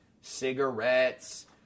Cigarettes